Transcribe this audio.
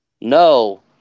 No